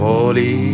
Holy